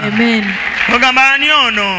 Amen